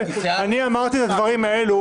אני אמרתי את הדברים האלה,